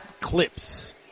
clips